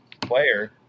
player